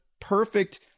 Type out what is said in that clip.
perfect